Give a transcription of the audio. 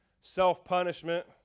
self-punishment